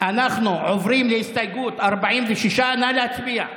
אנחנו עוברים להסתייגות 46. נא להצביע.